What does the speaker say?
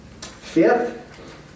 Fifth